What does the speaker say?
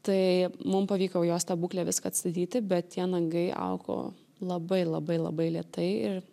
tai mum pavyko jau jos tą būklę viską atstatyti bet tie nagai augo labai labai labai lėtai ir